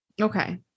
Okay